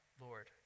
Lord